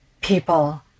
people